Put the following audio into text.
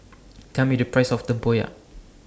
Tell Me The Price of Tempoyak